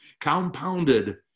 compounded